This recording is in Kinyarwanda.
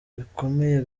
bikomeye